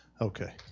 okay